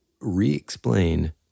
re-explain